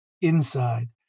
inside